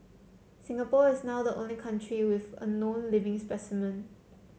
Singapore is now the only country with a known living specimen